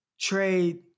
trade